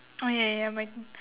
oh ya ya ya my turn